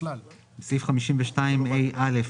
בסעיף 52ה(א),